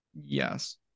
Yes